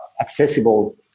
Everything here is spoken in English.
accessible